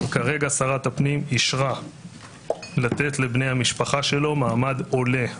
כרגע שרת הפנים אישרה לתת לבני המשפחה שלו מעמד עולה.